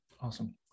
awesome